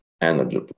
energy